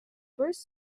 first